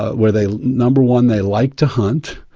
where they, number one, they like to hunt.